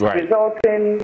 resulting